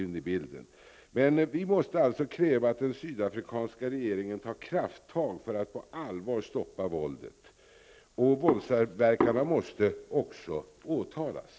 Är regeringen beredd att upprätthålla de svenska sanktionerna till dess en demokratisk och ickerasistisk utveckling säkrats?